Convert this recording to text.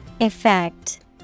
Effect